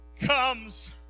comes